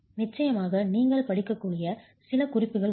நிச்சயமாக நீங்கள் படிக்கக்கூடிய சில குறிப்புகள் உள்ளன